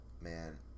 Man